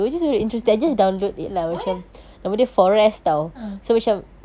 a'ah oh ye ah